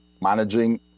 managing